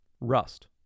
Rust